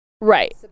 right